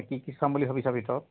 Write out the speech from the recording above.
কি কি চাম বুলি ভাবিছা